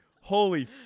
holy